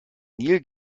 nil